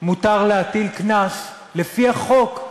מותר להטיל קנס, לפי החוק,